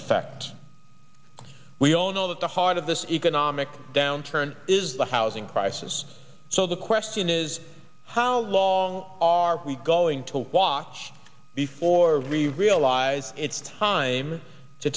effect we all know that the heart of this economic downturn is the housing crisis so the question is how long are we going to watch before we realize it's time to